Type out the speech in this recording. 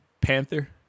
Panther